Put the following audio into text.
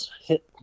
hit